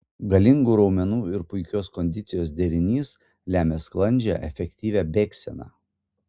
galingų raumenų ir puikios kondicijos derinys lemia sklandžią efektyvią bėgseną